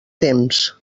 temps